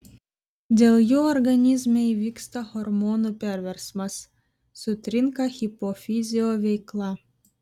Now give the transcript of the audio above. dėl jų organizme įvyksta hormonų perversmas sutrinka hipofizio veikla